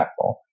impactful